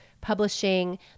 publishing